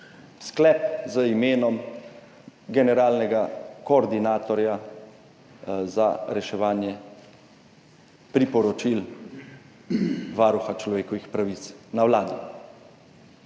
sklep z imenom generalnega koordinatorja za reševanje priporočil Varuha človekovih pravic na Vladi.